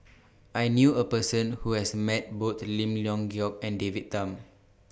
I knew A Person Who has Met Both Lim Leong Geok and David Tham